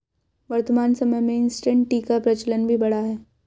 वर्तमान समय में इंसटैंट टी का प्रचलन भी बढ़ा है